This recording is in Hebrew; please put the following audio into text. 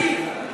על הבעל שלי.